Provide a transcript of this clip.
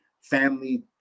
family